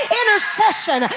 intercession